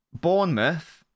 Bournemouth